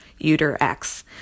uterx